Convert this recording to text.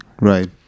Right